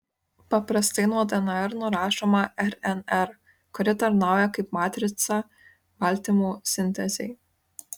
paprastai nuo dnr nurašoma rnr kuri tarnauja kaip matrica baltymų sintezei